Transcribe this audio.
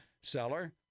seller